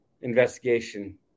investigation